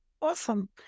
Awesome